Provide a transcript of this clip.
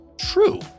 true